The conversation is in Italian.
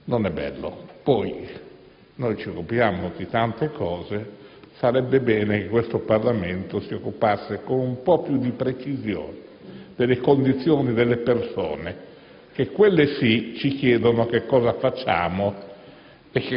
non è bello. Noi ci occupiamo di tante cose; sarebbe bene che questo Parlamento si occupasse con un po' più di precisione delle condizioni di queste persone, che - quelle sì - ci chiedono che cosa facciamo